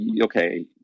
okay